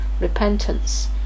repentance